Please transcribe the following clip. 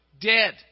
dead